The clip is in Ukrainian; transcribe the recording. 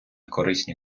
корисні